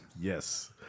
Yes